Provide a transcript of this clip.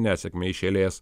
nesėkmę iš eilės